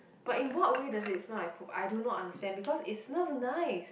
but in what way does it smell like poop I do not understand because it smell nice